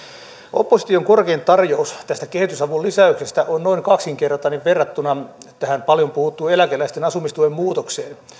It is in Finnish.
opposition korkein tarjous tästä kehitysavun lisäyksestä on noin kaksinkertainen verrattuna tähän paljon puhuttuun eläkeläisten asumistuen muutokseen